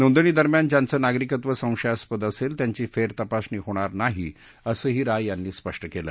नोंदणी दरम्यान ज्यांचं नागरिकत्व संशयास्पद असेल त्यांची फेर तपासणी होणार नाही असंही राय यांनी स्पष्ट केलं